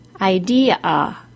idea